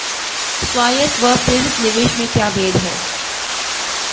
स्वायत्त व प्रेरित निवेश में क्या भेद है?